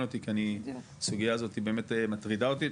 אותי כי הסוגיה הזאת באמת מטרידה אותי.